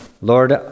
Lord